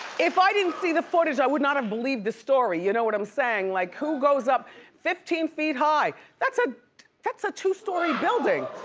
if i didn't see the footage, i would not have believed this story, you know what i'm saying. like who goes up fifteen feet high? that's ah that's a two-story building.